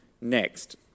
next